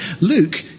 Luke